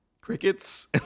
crickets